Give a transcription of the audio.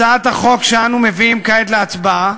הצעת החוק שאנחנו מביאים כעת להצבעה